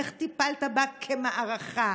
איך טיפלת בה כמערכה